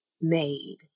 made